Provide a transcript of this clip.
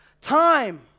time